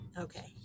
Okay